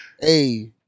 Hey